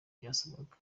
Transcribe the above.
byasabwaga